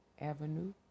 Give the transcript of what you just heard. Avenue